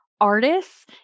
artists